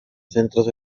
centros